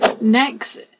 next